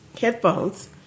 headphones